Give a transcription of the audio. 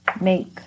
make